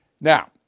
Now